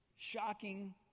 Shocking